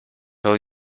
will